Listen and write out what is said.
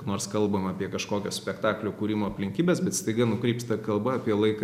nors kalbam apie kažkokio spektaklio kūrimo aplinkybes bet staiga nukrypsta kalba apie laiką